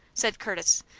said curtis,